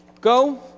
go